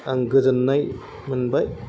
आं गोजोननाय मोनबाय